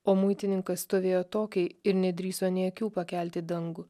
o muitininkas stovėjo atokiai ir nedrįso nė akių pakelt į dangų